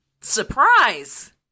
surprise